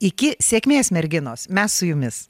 iki sėkmės merginos mes su jumis